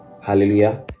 Hallelujah